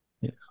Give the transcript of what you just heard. yes